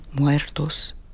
muertos